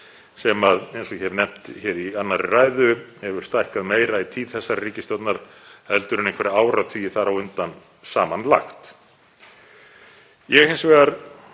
sem, eins og ég hef nefnt hér í annarri ræðu, hefur stækkað meira í tíð þessarar ríkisstjórnar en einhverja áratugi þar á undan samanlagt. Ég held hins vegar